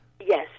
Yes